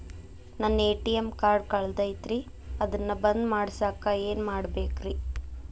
ನನ್ನ ATM card ಕಳದೈತ್ರಿ ಅದನ್ನ ಬಂದ್ ಮಾಡಸಾಕ್ ಏನ್ ಮಾಡ್ಬೇಕ್ರಿ?